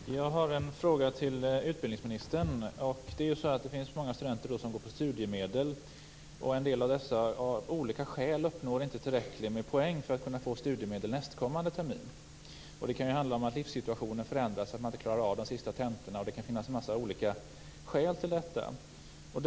Herr talman! Jag har en fråga till utbildningsministern. Det finns ju många studenter som har studiemedel. En del av dessa uppnår av olika skäl inte tillräckligt många poäng för att få studiemedel nästkommande termin. Det kan ju handla om att livssituationen har förändrats och en massa andra olika skäl till att man inte klarar av de sista tentorna.